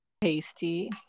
Tasty